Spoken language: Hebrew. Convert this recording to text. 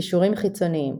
קישורים חיצוניים